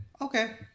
okay